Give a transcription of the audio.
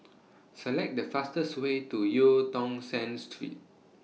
Select The fastest Way to EU Tong Sen Street